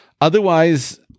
Otherwise